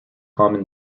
common